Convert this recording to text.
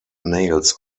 nails